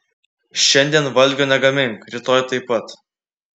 šiandien valgio negamink rytoj taip pat